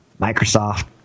Microsoft